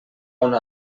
una